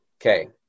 Okay